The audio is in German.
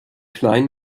klein